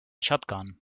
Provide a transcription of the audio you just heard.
shotgun